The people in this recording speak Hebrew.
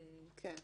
כן.